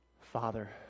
Father